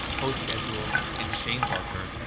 coschedule, and shane barker,